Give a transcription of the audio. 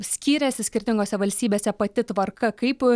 skyrėsi skirtingose valstybėse pati tvarka kaip